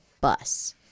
bus